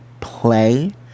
play